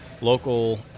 local